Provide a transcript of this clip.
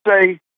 say